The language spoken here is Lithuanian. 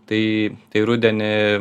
tai tai rudenį